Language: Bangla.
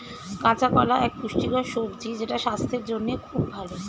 কাঁচা কলা এক পুষ্টিকর সবজি যেটা স্বাস্থ্যের জন্যে খুব ভালো